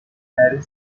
marie